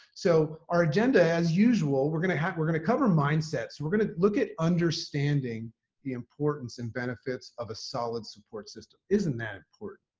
so our agenda, as usual, we're gonna have we're gonna cover mindset's. we're going to look at understanding the importance and benefits of a solid support system. isn't that important?